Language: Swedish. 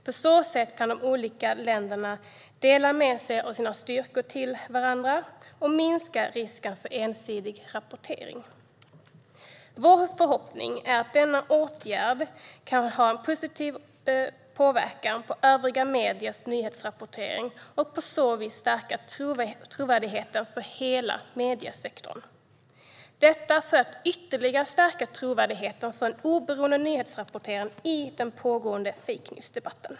På så sätt kan de olika länderna dela med sig av sina styrkor och minska risken för ensidig rapportering. Vår förhoppning är att denna åtgärd kan ha en positiv påverkan på övriga mediers nyhetsrapportering och på så vis stärka trovärdigheten för hela mediesektorn. Detta skulle ytterligare stärka trovärdigheten för en oberoende nyhetsrapportering, med tanke på den pågående debatten om fake news.